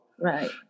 right